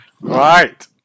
Right